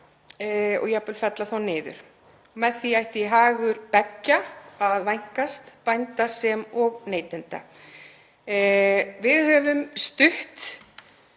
og jafnvel að fella þá niður. Með því ætti hagur beggja að vænkast, bænda og neytenda. Við höfum stutt